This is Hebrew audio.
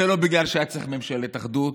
זה לא בגלל שהיה צריך ממשלת אחדות.